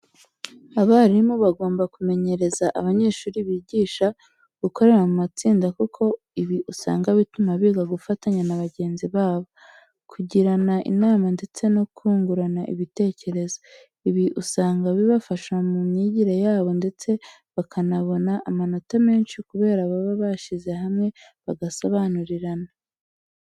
Abarimu bagomba kumenyereza abanyeshuri bigisha gukorera mu matsinda kuko ibi usanga bituma biga gufatanya na bagenzi babo, kugirana inama ndetse no kungurana ibitekerezo. Ibi usanga bibafasha mu myigire yabo ndetse bakanabona amanota menshi kubera baba bashyize hamwe bagasobanurirana.